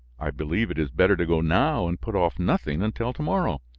i believe it is better to go now and put off nothing until to-morrow.